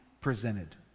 presented